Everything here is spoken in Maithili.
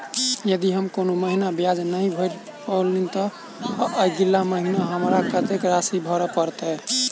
यदि हम कोनो महीना ब्याज नहि भर पेलीअइ, तऽ अगिला महीना हमरा कत्तेक राशि भर पड़तय?